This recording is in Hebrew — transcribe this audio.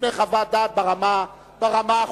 לפני חוות דעת ברמה החוקתית,